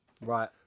Right